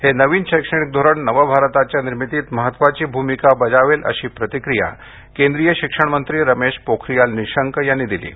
हे नवीन शैक्षणिक धोरण नव भारताच्या निर्मितीत महत्वाची भूमिका बजावेल अशी प्रतिक्रिया केंद्रीय शिक्षण मंत्री रमेश पोखारीयाल निशंक यांनी दिली आहे